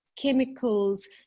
chemicals